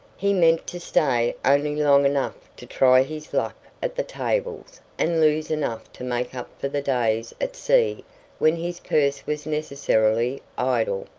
he meant to stay only long enough to try his luck at the tables and lose enough to make up for the days at sea when his purse was necessarily idle.